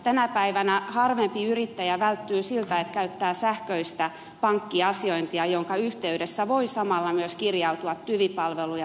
tänä päivänä harvempi yrittäjä välttyy käyttämästä sähköistä pankkiasiointia jonka yhteydessä voi samalla myös kirjautua tyvi palveluun ja tehdä ilmoitukset